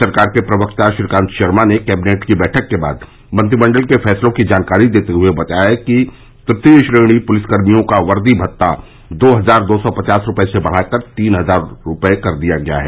सरकार के प्रवक्ता श्रीकांत शर्मा ने कैबिनेट की बैठक के बाद मंत्रिमंडल के फैसलों की जानकारी देते हुए बताया कि तृतीय श्रेणी पुलिस कर्मियों का वर्दी भत्ता दो हजार दो सौ पवास रूपये से बढ़ाकर तीन हजार रूपये कर दिया गया है